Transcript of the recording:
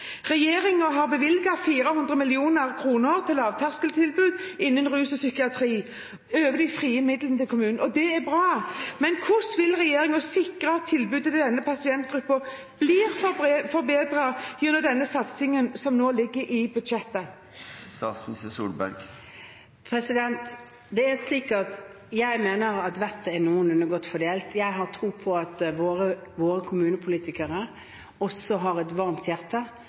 har bevilget 400 mill. kr til lavterskeltilbud innen rus og psykiatri over de frie midlene til kommunene. Det er bra, men hvordan vil regjeringen sikre at tilbudet til denne pasientgruppen blir forbedret gjennom den satsingen som nå ligger i budsjettet? Jeg mener at vettet er noenlunde jevnt fordelt. Jeg har tro på at våre kommunepolitikere har et varmt hjerte